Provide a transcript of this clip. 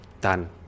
done